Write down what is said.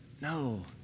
No